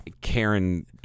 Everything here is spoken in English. Karen